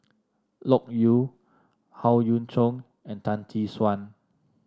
Loke Yew Howe Yoon Chong and Tan Tee Suan